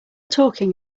talking